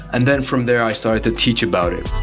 and then from there, i started to teach about it